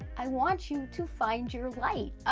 i want you to find your light. ah,